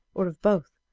or of both,